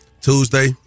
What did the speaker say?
Tuesday